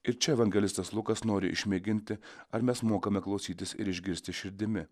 ir čia evangelistas lukas nori išmėginti ar mes mokame klausytis ir išgirsti širdimi